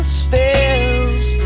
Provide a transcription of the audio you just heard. stairs